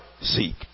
seek